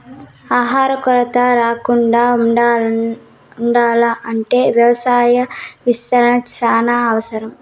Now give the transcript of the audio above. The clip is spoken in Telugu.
ఆహార కొరత రాకుండా ఉండాల్ల అంటే వ్యవసాయ విస్తరణ చానా అవసరం